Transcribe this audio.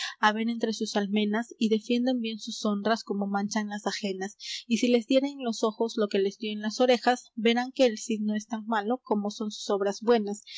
ver entre sus almenas y defiendan bien sus honras como manchan las ajenas y si les diere en los ojos lo que les dió en las orejas verán que el cid no es tan malo como son sus obras buenas